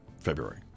February